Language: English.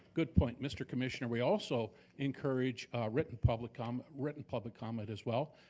good point, mr. commissioner. we also encourage written public um written public comment as well.